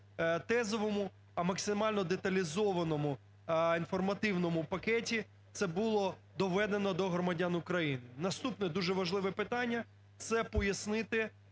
тезовому, а максимально деталізованому інформативному пакеті це було доведено до громадян України. Наступне дуже важливе питання – це пояснити